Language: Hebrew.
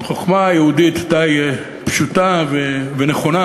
חוכמה יהודית די פשוטה ונכונה,